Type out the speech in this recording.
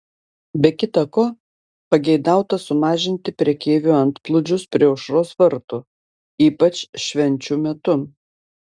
be kita ko pageidauta sumažinti prekeivių antplūdžius prie aušros vartų ypač švenčių metu